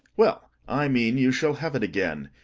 well, i mean you shall have it again.